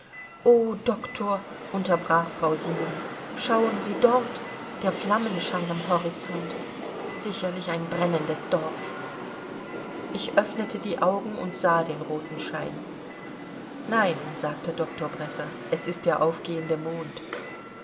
o doktor unterbrach frau simon schauen sie dort der flammenschein am horizont sicherlich ein brennendes dorf ich öffnete die augen und sah den roten schein nein sagte doktor bresser es ist der aufgehende mond